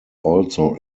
also